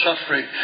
suffering